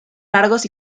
largos